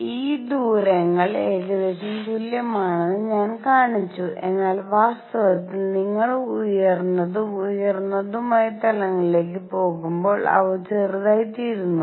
ഈ ദൂരങ്ങൾ ഏകദേശം തുല്യമാണെന്ന് ഞാൻ കാണിച്ചു എന്നാൽ വാസ്തവത്തിൽ നിങ്ങൾ ഉയർന്നതും ഉയർന്നതുമായ തലങ്ങളിലേക്ക് പോകുമ്പോൾ അവ ചെറുതായിത്തീരുന്നു